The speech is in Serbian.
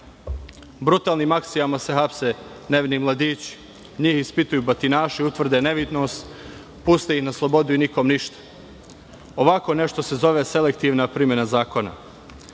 Brutalnim akcijama se hapse nevini mladići. Njih ispituju batinaši, utvrde nevinost, puste iz na slobodu i nikom ništa. Ovako nešto se zove selektivna primena zakona. Sve